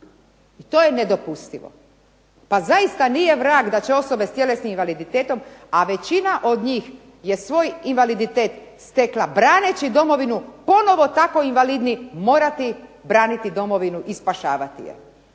I to je nedopustivo. Pa zaista nije vrag da će osobe s tjelesnim invaliditetom, a većina od njih je svoj invaliditet stekla braneći Domovinu, ponovno tako invalidni morati braniti Domovinu i spašavati je.